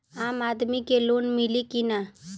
आम आदमी के लोन मिली कि ना?